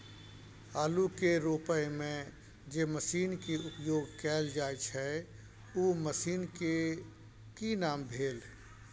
आलू के रोपय में जे मसीन के उपयोग कैल जाय छै उ मसीन के की नाम भेल?